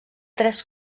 tres